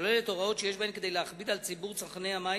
כלולות הוראות שיש בהן כדי להכביד על ציבור צרכני המים.